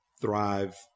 thrive